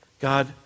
God